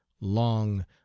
long